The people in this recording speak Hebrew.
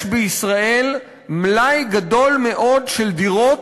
יש בישראל מלאי גדול מאוד של דירות,